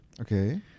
Okay